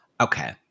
okay